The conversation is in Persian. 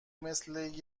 مثل